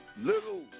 Little